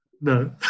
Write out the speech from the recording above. No